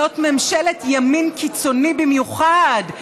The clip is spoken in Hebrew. זאת ממשלת ימין קיצוני במיוחד,